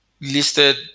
listed